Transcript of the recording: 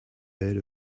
heard